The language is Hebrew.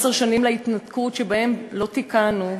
עשר שנים להתנתקות שבהן לא תיקַנו,